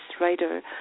writer